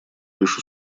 лишь